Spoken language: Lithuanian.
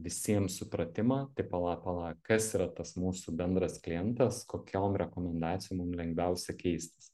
visiem supratimą tai pala pala kas yra tas mūsų bendras klientas kokiom rekomendacijom mum lengviausia keistis